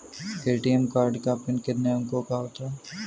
ATM card का पिन कितने अंकों का होता है?